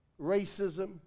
Racism